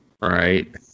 right